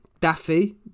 Daffy